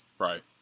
right